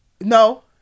No